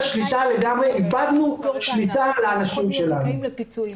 שהכלכלה שלהן מסתמכת בעיקר על ביקורים של אנשים מבחוץ בערים שלהם.